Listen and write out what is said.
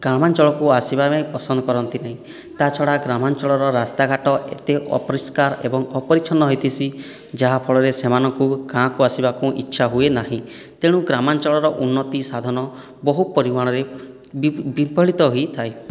ଗ୍ରାମାଞ୍ଚଳକୁ ଆସିବା ପାଇଁ ପସନ୍ଦ କରନ୍ତି ନାହିଁ ତାହା ଛଡ଼ା ଗ୍ରାମାଞ୍ଚଳର ରାସ୍ତାଘାଟ ଏତେ ଅପରିଷ୍କାର ଏବଂ ଅପରିଚ୍ଛନ୍ନ ହୋଇଥାଏ ଯାହାଫଳରେ ସେମାନଙ୍କୁ ଗାଁକୁ ଆସିବାକୁ ଇଚ୍ଛା ହୁଏ ନାହିଁ ତେଣୁ ଗ୍ରାମାଞ୍ଚଳର ଉନ୍ନତି ସାଧନ ବହୁ ପରିମାଣରେ ବିଫଳିତ ହୋଇଥାଏ